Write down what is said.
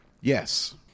Yes